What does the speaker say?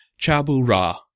chabu-ra